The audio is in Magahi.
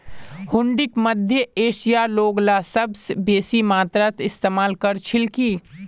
हुंडीक मध्य एशियार लोगला सबस बेसी मात्रात इस्तमाल कर छिल की